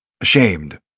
ashamed